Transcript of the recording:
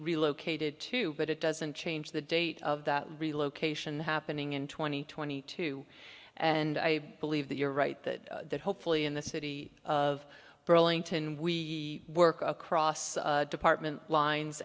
relocated to but it doesn't change the date of that relocation happening in twenty twenty two and i believe that you're right that hopefully in the city of burlington we work across department lines